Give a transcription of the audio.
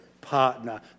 partner